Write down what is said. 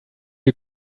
you